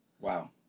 Wow